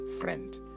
friend